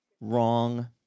Wrong